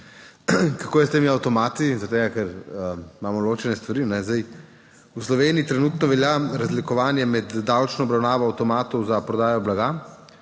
Kako je s temi avtomati zaradi tega, ker imamo določene stvari? Zdaj v Sloveniji trenutno velja razlikovanje med davčno obravnavo avtomatov za prodajo blaga.